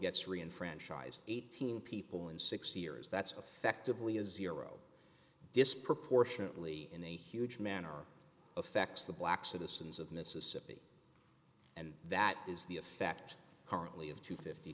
gets re enfranchise eighteen people in six years that's effectively as zero disproportionately in a huge manner affects the black citizens of mississippi and that is the effect currently of to fifty